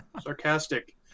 sarcastic